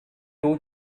two